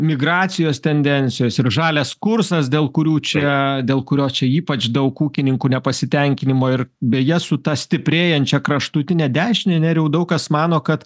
migracijos tendencijos ir žalias kursas dėl kurių čia dėl kurio čia ypač daug ūkininkų nepasitenkinimo ir beje su ta stiprėjančia kraštutine dešinė nerijau daug kas mano kad